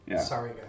Sorry